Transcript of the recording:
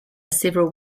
several